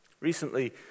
Recently